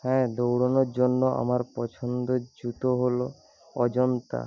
হ্যাঁ দৌড়নোর জন্য আমার পছন্দের জুতো হল অজন্তা